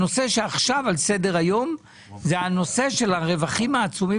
הנושא שעכשיו על סדר היום זה הנושא של הרווחים העצומים